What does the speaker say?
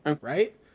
right